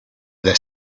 their